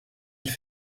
îles